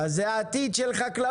אז זה העתיד של החקלאות.